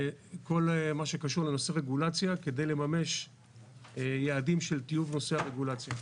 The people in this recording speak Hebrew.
כל מה שקשור לנושא רגולציה כדי לממש יעדים של טיוב נושא הרגולציה.